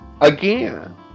again